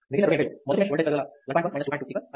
మిగిలిన రెండు ఎంట్రీలు మొదటి మెష్ ఓల్టేజ్ పెరుగుదల 1